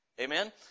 Amen